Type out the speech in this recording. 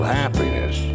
happiness